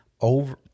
over